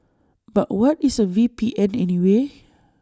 but what is A V P N anyway